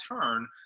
turn